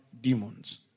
demons